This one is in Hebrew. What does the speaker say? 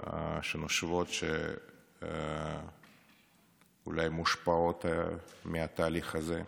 שנושבות שאולי מושפעות מהתהליך הזה.